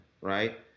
right